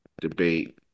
debate